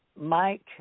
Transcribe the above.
Mike